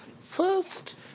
First